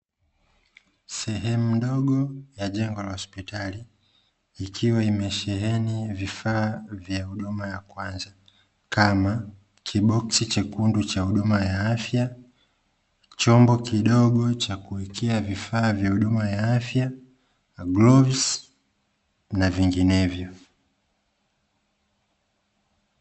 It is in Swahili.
Sehemu ndogo ya jengo la hospitali, ikiwa imesheheni vifaa vya huduma ya kwanza kama; kiboksi chekundu cha huduma ya afya, chombo kidogo cha kuwekea vifaa vya huduma ya afya, glovu na vyenginevyo.